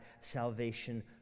salvation